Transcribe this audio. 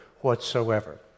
whatsoever